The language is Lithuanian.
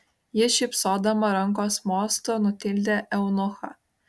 ji šypsodama rankos mostu nutildė eunuchą